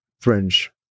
fringe